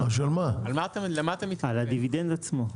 לדיבידנד עצמו.